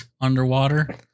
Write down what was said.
underwater